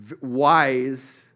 wise